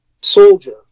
soldier